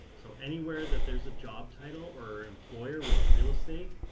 so anywhere that there's a job title or employer with real estate,